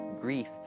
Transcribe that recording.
grief